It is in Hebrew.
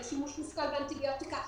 על שימוש מושכל באנטיביוטיקה,